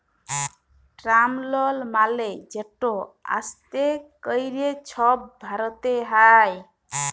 term লল মালে যেট আস্তে ক্যরে ছব ভরতে হ্যয়